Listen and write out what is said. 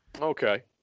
okay